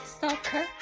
Soccer